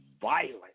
violent